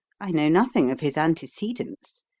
i know nothing of his antecedents.